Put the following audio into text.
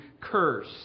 curse